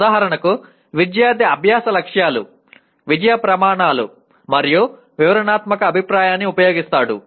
ఉదాహరణకు విద్యార్థి అభ్యాస లక్ష్యాలు విజయ ప్రమాణాలు మరియు వివరణాత్మక అభిప్రాయాన్ని ఉపయోగిస్తాడు